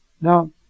now